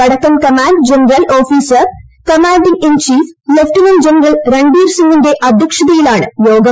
വടക്കൻ command general officer commanding in chief lieutenant general രൺബീർസിംഗിന്റെ അധ്യക്ഷതയിലാണ്യോഗം